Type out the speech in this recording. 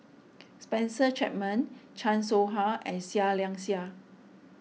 Spencer Chapman Chan Soh Ha and Seah Liang Seah